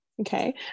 Okay